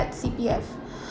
~d's C_P_F